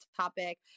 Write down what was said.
topic